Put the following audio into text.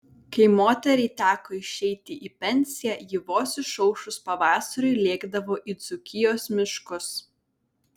kai moteriai teko išeiti į pensiją ji vos išaušus pavasariui lėkdavo į dzūkijos miškus